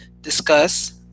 discuss